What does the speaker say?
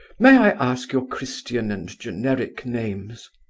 may i ask your christian and generic names?